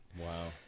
Wow